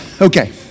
Okay